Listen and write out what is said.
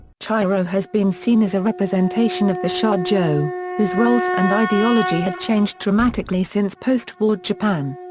chihiro has been seen as a representation of the shojo, whose roles and ideology had changed dramatically since post-war japan.